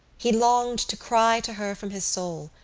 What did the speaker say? he longed to cry to her from his soul,